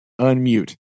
unmute